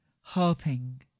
hoping